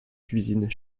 cuisines